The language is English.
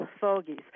fogies